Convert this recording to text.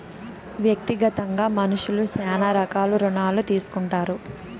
వ్యక్తిగతంగా మనుష్యులు శ్యానా రకాలుగా రుణాలు తీసుకుంటారు